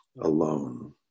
alone